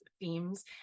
themes